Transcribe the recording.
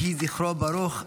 יהיה זכרו ברוך.